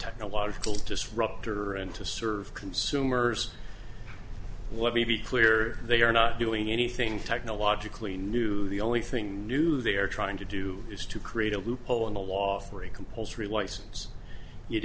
technological disruptor and to serve consumers let me be clear they are not doing anything technologically new the only thing new they are trying to do is to create a loophole in the law for a compulsory license it